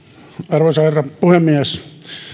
arvoisa herra puhemies